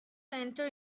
enter